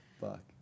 fuck